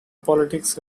politics